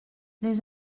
les